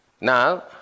Now